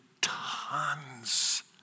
tons